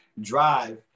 drive